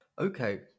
Okay